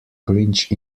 cringe